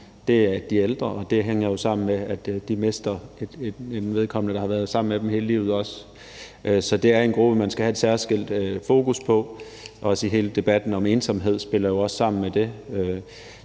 altså de ældre, og det hænger jo sammen med, at de mister et menneske, der har været sammen med dem hele livet. Så det er en gruppe, man skal have et særskilt fokus på. Også hele debatten om ensomhed spiller sammen med det.